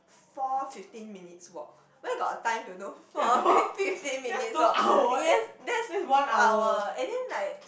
four fifteen minutes walk where got time to do four fifteen minutes walk yes that's our and then like